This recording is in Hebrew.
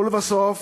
ולבסוף,